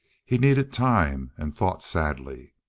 he needed time and thought sadly.